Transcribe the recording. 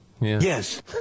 Yes